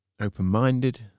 open-minded